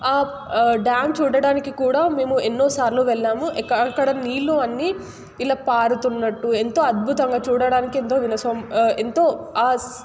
dam చూడటానికి కూడా మేము ఎన్నో సార్లు వెళ్ళాము ఇక అక్కడ నీళ్లు అన్ని ఇలా పారుతున్నట్టు ఎంతో అద్భుతంగా చూడడానికి ఎంతో వినసం ఎంతో